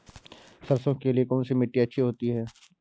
सरसो के लिए कौन सी मिट्टी अच्छी होती है?